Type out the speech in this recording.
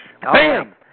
Bam